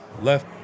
left